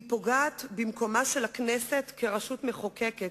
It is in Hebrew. היא פוגעת במקומה של הכנסת כרשות מחוקקת,